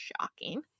Shocking